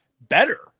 better